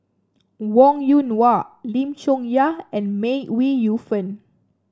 Wong Yoon Wah Lim Chong Yah and May Ooi Yu Fen